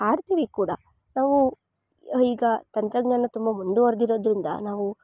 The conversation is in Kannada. ಹಾಡ್ತಿವಿ ಕೂಡ ನಾವು ಹೀಗ ತಂತ್ರಜ್ಞಾನ ತುಂಬ ಮುಂದುವರೆದಿರೋದ್ರಿಂದ ನಾವು